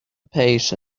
patient